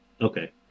Okay